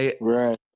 Right